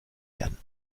werden